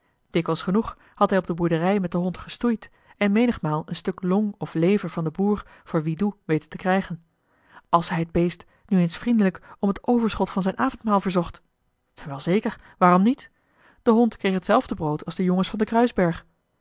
dikwijls genoeg had hij op de boerderij met den hond gestoeid en menigmaal een stuk long of lever van den boer voor wiedu weten te krijgen als hij het beest nu eens vriendelijk om het overschot van zijn avondmaal verzocht wel zeker waarom niet de hond kreeg hetzelfde brood als de jongens van dcn